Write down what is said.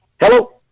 Hello